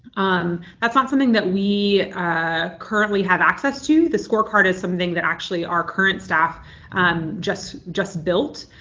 um that's not something that we ah currently have access to. the scorecard is something that actually our current staff just just built.